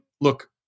look